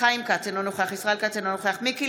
חיים כץ, אינו נוכח ישראל כץ, אינו נוכח מיקי